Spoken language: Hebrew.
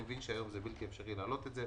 אני מבין שהיום זה בלתי אפשרי להעלות את זה.